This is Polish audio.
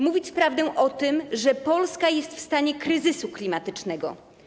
Mówić prawdę o tym, że Polska jest w stanie kryzysu klimatycznego.